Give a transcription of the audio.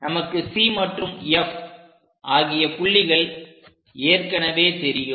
நமக்கு C மற்றும் F ஆகிய புள்ளிகள் ஏற்கனவே தெரியும்